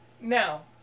now